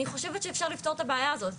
אני חושבת שאפשר לפתור את הבעיה הזאת.